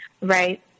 Right